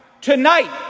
Tonight